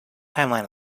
timeline